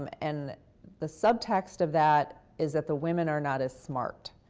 um and the subtext of that is that the women are not as smart.